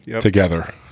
Together